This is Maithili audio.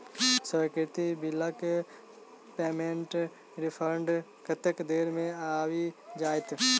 अस्वीकृत बिलक पेमेन्टक रिफन्ड कतेक देर मे आबि जाइत?